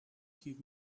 give